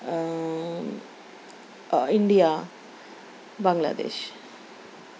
India Bangla دیش